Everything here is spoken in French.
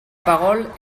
parole